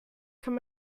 kann